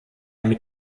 mit